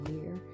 year